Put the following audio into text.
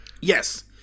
Yes